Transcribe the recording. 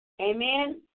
Amen